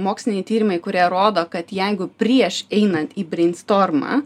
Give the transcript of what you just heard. moksliniai tyrimai kurie rodo kad jeigu prieš einant į breinstormą